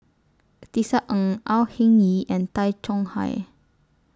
Tisa Ng Au Hing Yee and Tay Chong Hai